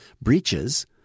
breaches